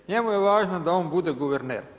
Njemu je važno da on bude guverner.